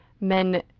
men